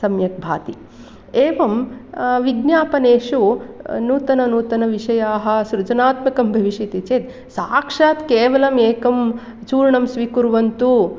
सम्यक् भाति एवं विज्ञापनेषु नूतननूतनविषयाः सृजनात्मकं भविष्यति चेत् साक्षात् केवलम् एकं चूर्णं स्वीकुर्वन्तु